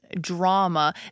drama